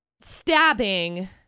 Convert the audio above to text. stabbing